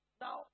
Now